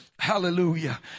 hallelujah